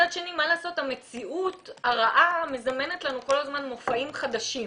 אבל מצד שני המציאות הרעה מזמנת לנו כל הזמן מופעים חדשים.